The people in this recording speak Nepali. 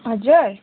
हजुर